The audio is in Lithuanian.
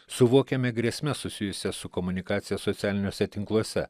suvokiame grėsmes susijusias su komunikacija socialiniuose tinkluose